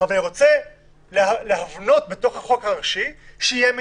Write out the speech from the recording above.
אבל אני רוצה להבנות בתוך החוק הראשי שיהיה מדרג.